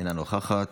אינה נוכחת,